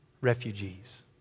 refugees